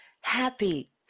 happy